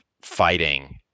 fighting